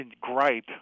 gripe